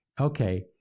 Okay